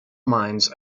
mines